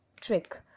Trick